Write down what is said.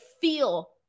feel